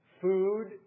Food